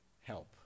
help